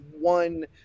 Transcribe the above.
one